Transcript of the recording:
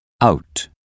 out